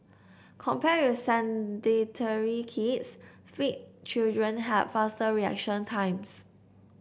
compared with sedentary kids fit children had faster reaction times